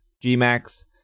G-Max